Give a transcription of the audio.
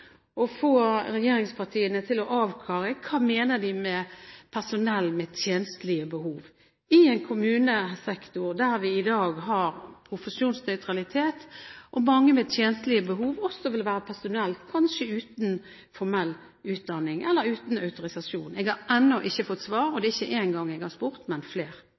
å få regjeringspartiene til å avklare: Hva mener de med personell med «tjenstlige behov» – i en kommunesektor der vi i dag har profesjonsnøytralitet, og der mange med tjenstlige behov kanskje også vil være personell uten formell utdanning eller uten autorisasjon? Jeg har ennå ikke fått svar. Og det er ikke én gang jeg har spurt, men flere.